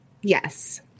Yes